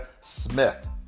Smith